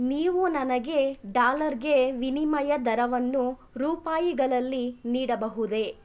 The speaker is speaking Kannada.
ನೀವು ನನಗೆ ಡಾಲರ್ಗೆ ವಿನಿಮಯ ದರವನ್ನು ರೂಪಾಯಿಗಳಲ್ಲಿ ನೀಡಬಹುದೇ